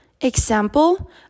example